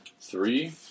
Three